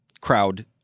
crowd